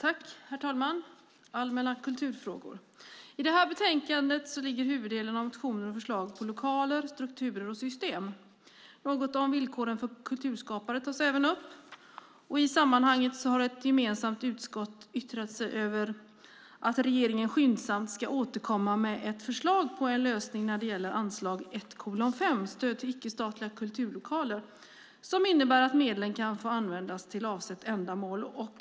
Herr talman! I det här betänkandet handlar huvuddelen av motionerna och förslagen om lokaler, strukturer och system. Något om villkoren för kulturskapare tas även upp. I det sammanhanget har ett gemensamt utskott yttrat sig om att regeringen skyndsamt ska återkomma med ett förslag på en lösning när det gäller anslag 1:5, Stöd till icke-statliga kulturlokaler, som innebär att medlen kan få användas till avsett ändamål.